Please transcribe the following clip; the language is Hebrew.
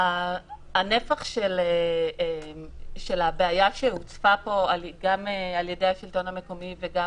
הנפח של הבעיה שהוצפה פה גם על ידי השלטון המקומי וגם